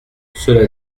cela